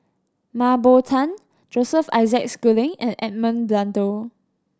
Mah Bow Tan Joseph Isaac Schooling and Edmund Blundell